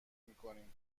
میکنیم